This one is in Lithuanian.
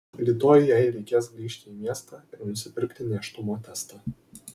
rytoj jai reikės grįžti į miestą ir nusipirkti nėštumo testą